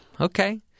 Okay